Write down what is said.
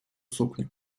сукню